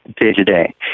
day-to-day